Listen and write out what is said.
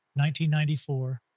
1994